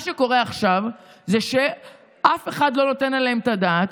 מה שקורה עכשיו זה שאף אחד לא נותן עליהם את הדעת.